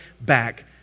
back